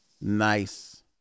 Nice